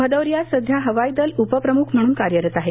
भदौरिया सध्या हवाई दल उपप्रमुख म्हणून कार्यरत आहेत